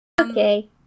Okay